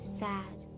sad